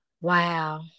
Wow